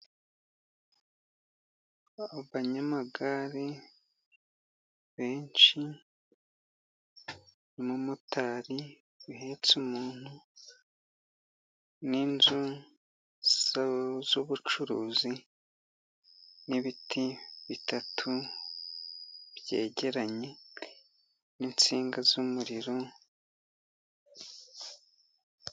Abanyamagare benshi, umumotari uhetse umuntu, n'inzu z'ubucuruzi, n'ibiti bitatu byegeranye, n'insinga z'umuriro,..